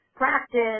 practice